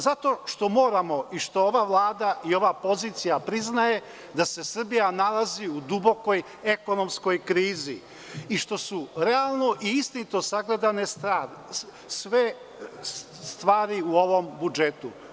Zato što moramo i što ova Vlada i ova pozicija priznaje da se Srbija nalazi u dubokoj ekonomskoj krizi i što su realno i istinito sagledane stvari, sve stvari u ovom budžetu.